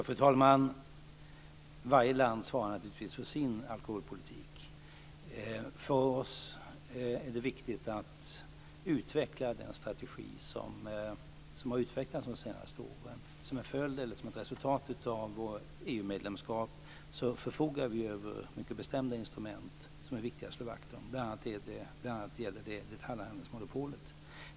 Fru talman! Varje land svarar naturligtvis för sin alkoholpolitik. För oss är det viktigt att utveckla den strategi som har utvecklats de senaste åren. Som en följd eller som ett resultat av vårt EU-medlemskap förfogar vi över mycket bestämda instrument som är viktiga att slå vakt om. Bl.a. gäller det detaljhandelsmonopolet.